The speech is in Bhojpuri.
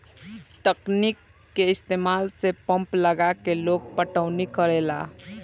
तकनीक के इस्तमाल से पंप लगा के लोग पटौनी करेला